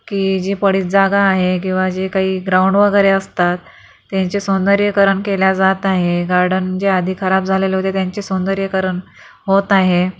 की जी पडीक जागा आहे किंवा जे काही ग्राउंड वगैरे असतात त्यांचे सौंदर्यकरण केल्या जात आहे गार्डन जे आधी खराब झालेलं जे होतं त्यांची सौंदर्यकरण होत आहे